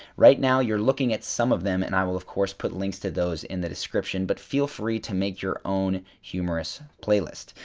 right now you're looking at some of them and i will of course put links to those in the description but feel free to make your own humorous playlist.